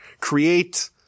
Create